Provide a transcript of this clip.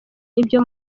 ibyo